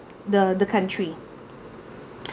the the country